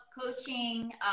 coaching